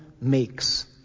makes